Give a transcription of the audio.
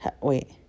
wait